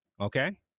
okay